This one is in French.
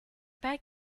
pas